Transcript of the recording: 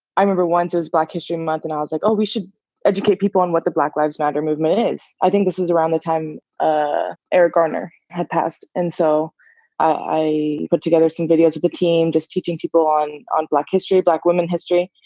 i remember once it was black history month, and i was like, oh, we should educate people on what the black lives matter movement is. i think this was around the time ah eric garner had passed. and so i put together some videos with the team just teaching people on on black history, black women history.